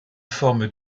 forme